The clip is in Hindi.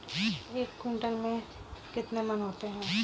एक क्विंटल में कितने मन होते हैं?